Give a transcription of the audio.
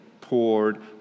Poured